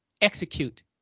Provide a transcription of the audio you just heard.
execute